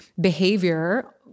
behavior